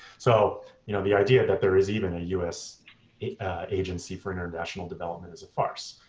so you know the idea that there is even a us agency for international development is a farce.